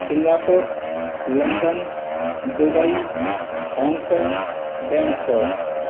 Singapore London Dubai Hong Kong Bangkok